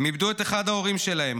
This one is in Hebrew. הם איבדו את אחד ההורים שלהם,